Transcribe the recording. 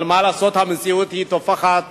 אבל מה לעשות, המציאות טופחת